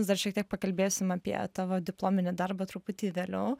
mes dar šiek tiek pakalbėsime apie tavo diplominį darbą truputį vėliau